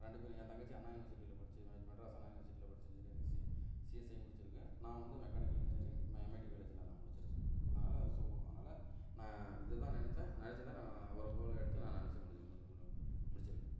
ரெண்டு பேரும் என் தங்கச்சி அண்ணா யுனிவர்சிட்டியில படிச்சிருந்தாள் மெட்ராஸ் அண்ணா யுனிவர்சிட்டியில படிச்சு இன்ஜினியரிங் சி சிஎஸ்ஐ முடிச்சிருக்குது நான் வந்து மெக்கானிக்கல் இன்ஜினியரிங் நான் எம்ஐடி காலேஜ்ல நான் முடிச்சிருக்கேன் அதனால் ஸோ அதனால் நான் இதை தான் நினச்சேன் நினச்சத நான் ஒருபோல எடுத்து நான் நினச்ச முடிஞ்ச முடிச்சிருக்கேன்